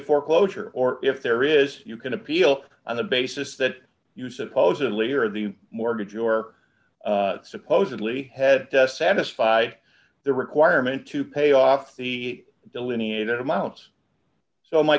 foreclosure or if there is you can appeal on the basis that you supposedly are the mortgage or supposedly head to satisfy the requirement to pay off the delineated amounts so my